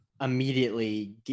immediately